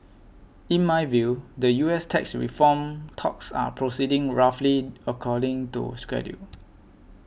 in my view the U S tax reform talks are proceeding roughly according to schedule